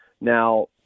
now